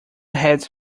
had